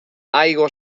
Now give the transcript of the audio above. aigua